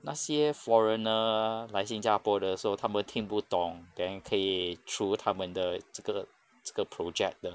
那些 foreigner 来新加坡的时候他们听不懂 then 可以 through 他们的这个这个 project 的